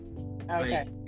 okay